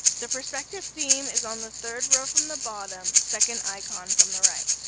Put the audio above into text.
the perspective theme is on the third row from the bottom, second icon from the right.